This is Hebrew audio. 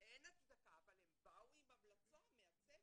אבל הם באו עם המלצה מהצוות.